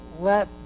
let